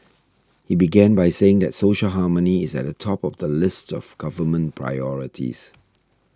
he began by saying that social harmony is at the top of the list of government priorities